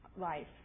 life